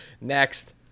Next